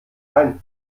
ein